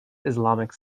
islamic